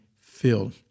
filled